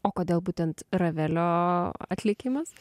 o kodėl būtent ravelio atlikimas